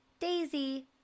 Daisy